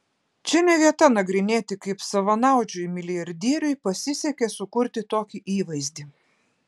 čia ne vieta nagrinėti kaip savanaudžiui milijardieriui pasisekė sukurti tokį įvaizdį